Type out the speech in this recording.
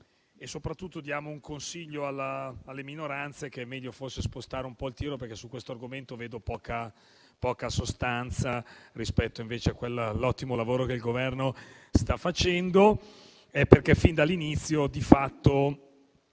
Soprattutto diamo un consiglio alle minoranze: è meglio forse spostare un po' il tiro, perché su questo argomento vedo poca sostanza, rispetto all'ottimo lavoro che il Governo sta facendo.